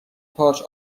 پارچ